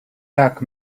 tak